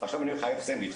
עכשיו אני חייב סנדוויץ,